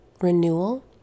renewal